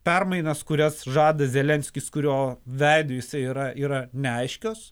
permainas kurias žada zelenskis kurio veidu jisai yra yra neaiškios